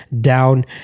down